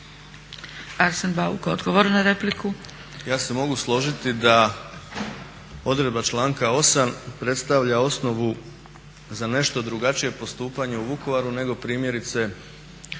Arsen Bauk odgovor na repliku. **Bauk, Arsen (SDP)** Ja se mogu složiti da odredba članka 8.predstavlja osnovu za nešto drugačije postupanje u Vukovaru nego primjerice